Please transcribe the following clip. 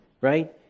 right